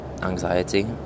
anxiety